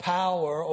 power